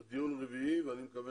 זה דיון רביעי ואני מקווה